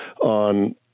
on